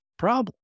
problem